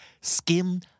Skim